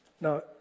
Now